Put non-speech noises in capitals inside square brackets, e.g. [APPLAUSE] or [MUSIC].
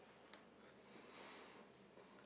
[BREATH]